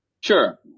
Sure